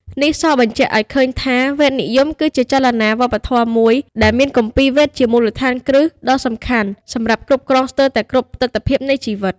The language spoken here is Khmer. នេះសបញ្ជាក់ឱ្យឃើញថា វេទនិយមគឺជាចលនាវប្បធម៌មួយ ដែលមានគម្ពីរវេទជាមូលដ្ឋានគ្រឹះដ៏សំខាន់ សម្រាប់គ្រប់គ្រងស្ទើរតែគ្រប់ទិដ្ឋភាពនៃជីវិត។